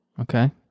okay